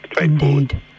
Indeed